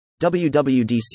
WWDC